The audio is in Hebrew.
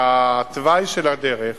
שהתוואי של הדרך